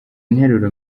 interuro